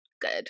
good